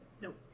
Nope